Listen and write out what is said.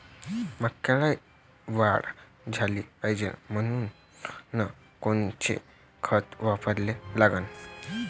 मक्याले वाढ झाली पाहिजे म्हनून कोनचे खतं वापराले लागन?